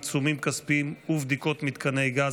עיצומים כספיים ובדיקות מתקני גז)